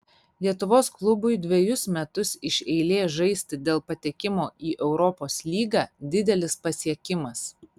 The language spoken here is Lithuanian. lietuvos klubui dvejus metus iš eilės žaisti dėl patekimo į europos lygą didelis pasiekimas